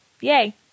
Yay